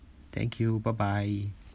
thank you bye bye